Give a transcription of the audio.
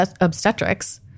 obstetrics